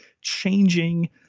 changing